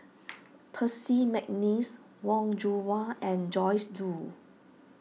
Percy McNeice Wong Yoon Wah and Joyce Jue